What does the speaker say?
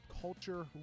Culture